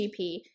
GP